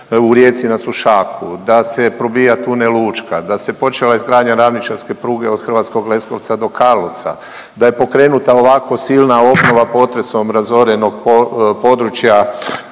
u Rijeci na Sušaku, da se probija Tunel Učka, da se počela izgradnja ravničarske pruge od Hrvatskog Leskovca do Karlovca, da je pokrenuta ovako silna obnova potresom razorenog područja